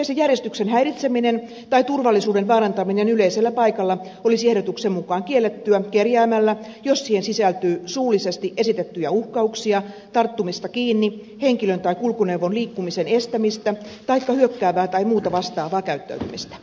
yleisen järjestyksen häiritseminen tai turvallisuuden vaarantaminen yleisellä paikalla olisi ehdotuksen mukaan kiellettyä kerjäämällä jos siihen sisältyy suullisesti esitettyjä uhkauksia tarttumista kiinni henkilön tai kulkuneuvon liikkumisen estämistä taikka hyökkäävää tai muuta vastaavaa käyttäytymistä